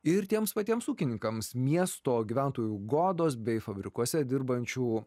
ir tiems patiems ūkininkams miesto gyventojų godos bei fabrikuose dirbančių